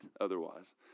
otherwise